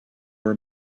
were